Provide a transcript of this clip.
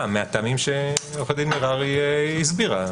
מהטעמים שעורכת דין מררי הסבירה.